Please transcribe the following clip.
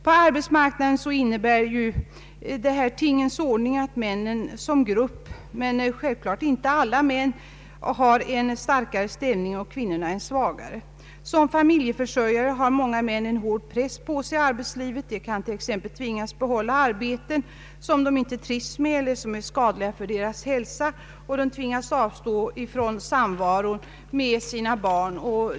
På arbetsmarknaden innebär denna tingens ordning att männen — självfallet inte alla män — har en starkare ställning och kvinnorna en svagare. Som familjeförsörjare har många män en hård press på sig i arbetslivet. De kan t.ex. tvingas behålla arbeten som de inte trivs med och som är skadliga för deras hälsa, och de tvingas att avstå från samvaron med sina barn.